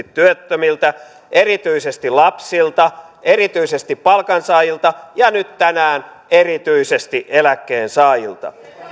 työttömiltä erityisesti lapsilta erityisesti palkansaajilta ja nyt tänään erityisesti eläkkeensaajilta